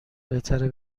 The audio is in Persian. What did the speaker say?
بهتره